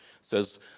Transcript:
says